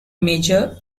major